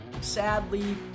sadly